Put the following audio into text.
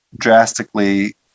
drastically